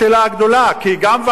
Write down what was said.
כי גם ועדת התכנון